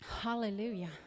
Hallelujah